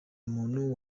muntu